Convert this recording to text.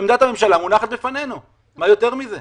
עמדת הממשלה מונחת בפנינו, מה יותר מזה?